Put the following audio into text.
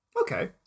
Okay